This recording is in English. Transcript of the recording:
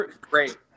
great